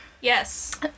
Yes